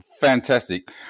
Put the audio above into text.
Fantastic